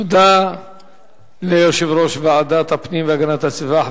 תודה ליושב-ראש ועדת הפנים והגנת הסביבה,